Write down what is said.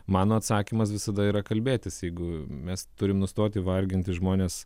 mano atsakymas visada yra kalbėtis jeigu mes turim nustoti varginti žmones